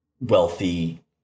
wealthy